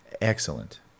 excellent